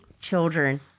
children